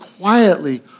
quietly